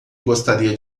gostaria